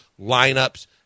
lineups